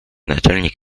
naczelnik